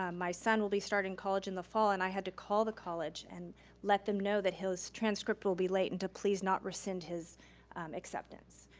um my son will be starting college in the fall and i had to call the college and let them know that his transcript will be late and to please not rescind his acceptance.